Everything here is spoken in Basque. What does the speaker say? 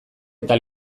eta